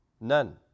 None